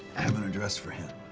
have an address for him.